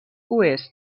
oest